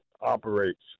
operates